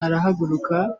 arahaguruka